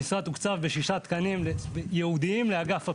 המשרד תוקצב בשישה תקנים ייעודיים לאגף הפסולת.